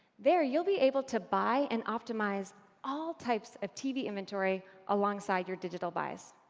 there, you'll be able to buy and optimize all types of tv inventory alongside your digital buys.